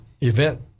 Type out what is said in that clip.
event